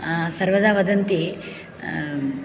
सर्वदा वदन्ति